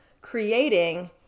creating